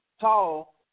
tall